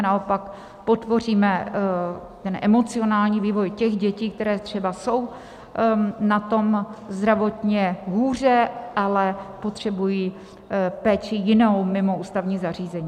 Naopak, podpoříme emocionální vývoj těch dětí, které třeba jsou na tom zdravotně hůře, ale potřebují péči jinou, mimo ústavní zařízení.